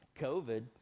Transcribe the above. covid